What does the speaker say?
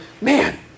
man